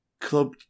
club